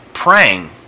praying